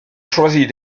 choisit